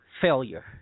failure